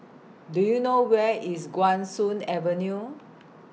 Do YOU know Where IS Guan Soon Avenue